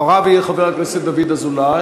אחריו יהיה חבר הכנסת דוד אזולאי,